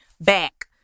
back